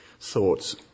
thoughts